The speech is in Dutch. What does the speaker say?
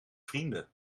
vrienden